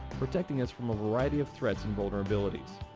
protecting us from a variety of threats and vulnerabilities.